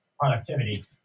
productivity